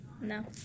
No